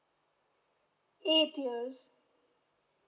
eight years